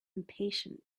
impatient